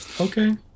Okay